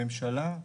כממשלה,